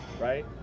right